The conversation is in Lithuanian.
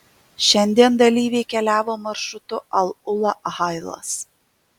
šiandien dalyviai keliavo maršrutu al ula hailas